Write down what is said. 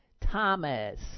Thomas